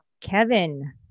Kevin